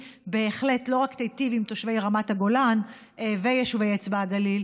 בהחלט לא רק תיטיב עם תושבי רמת הגולן ויישובי אצבע הגליל,